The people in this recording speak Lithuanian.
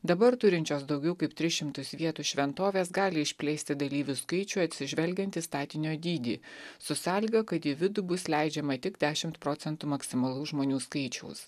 dabar turinčios daugiau kaip tris šimtus vietų šventovės gali išplėsti dalyvių skaičių atsižvelgiant į statinio dydį su sąlyga kad į vidų bus leidžiama tik dešimt procentų maksimalus žmonių skaičiaus